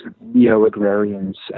neo-agrarians